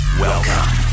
Welcome